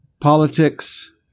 politics